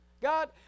God